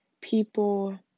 People